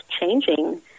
changing